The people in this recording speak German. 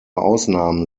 ausnahmen